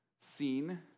seen